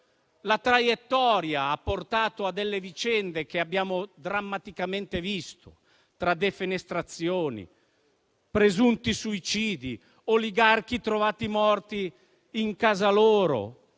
La traiettoria ha portato a vicende che abbiamo drammaticamente visto, tra defenestrazioni, presunti suicidi, oligarchi trovati morti in casa loro,